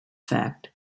fact